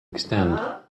extend